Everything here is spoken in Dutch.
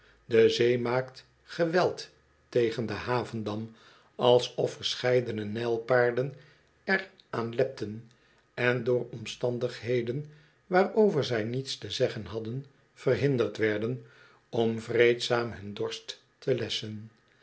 de zee maakt geweld tegen den havendam alsof verscheidene nijlpaarden er aan lepten en dooi omstandigheden waarover zij niets te zeggen hadden verhinderd werden om vreedzaam hun dorstte lesschen